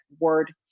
word